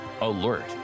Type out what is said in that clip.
alert